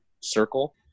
circle